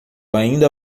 ainda